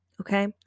Okay